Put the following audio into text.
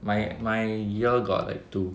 my my year got like two